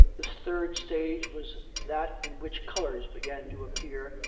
the third stage was that in which colours began to appear,